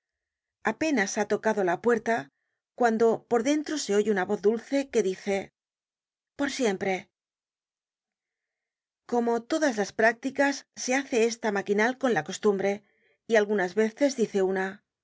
apenas ha tocado la puerta cuando por dentro se oye una voz dulce que dice por siempre como todas las prácticas se hace esta maquinal con la costumbre y algunas veces dice una